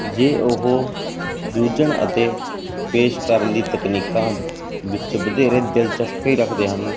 ਜੇ ਉਹ ਜੂਝਣ ਅਤੇ ਪੇਸ਼ ਕਰਨ ਦੀ ਤਕਨੀਕਾਂ ਵਿੱਚ ਵਧੇਰੇ ਦਿਲਚਸਪੀ ਰੱਖਦੇ ਹਨ